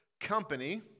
company